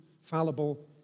fallible